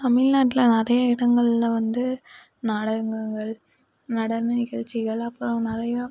தமிழ்நாட்டில் நிறைய இடங்களில் வந்து நாடகங்கள் நடன நிகழ்ச்சிகள் அப்புறம் நிறையா